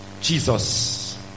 Jesus